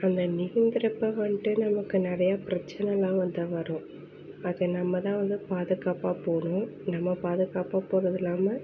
நம்ம நீந்துகிறப்ப வந்துட்டு நமக்கு நிறையா பிரச்சனைலாம் வந்து வரும் அது நம்ம தான் வந்து பாதுகாப்பாக போகணும் நம்ம பாதுகாப்பாக போகிறதில்லாம